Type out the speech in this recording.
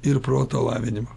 ir proto lavinimo